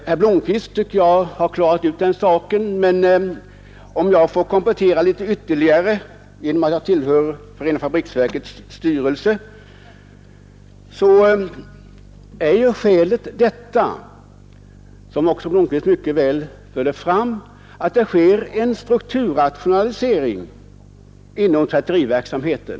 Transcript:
Jag tycker att herr Blomkvist har klarat ut den saken, men om jag får komplettera det på grund av att jag tillhör förenade fabriksverkens styrelse vill jag säga att skälet är, som också herr Blomkvist mycket väl klargjorde, att det sker en strukturrationalisering inom tvätteriverksamheten.